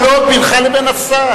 זה לא דיאלוג בינך לבין השר.